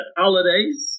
holidays